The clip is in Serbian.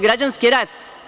Građanski rat?